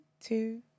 two